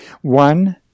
One